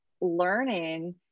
learning